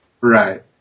Right